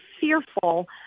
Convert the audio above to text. fearful